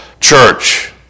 church